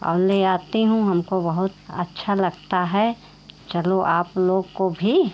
और ले आती हूँ हमको बहुत अच्छा लगता है चलो आप लोग को भी